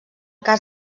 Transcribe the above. cas